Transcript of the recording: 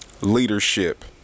leadership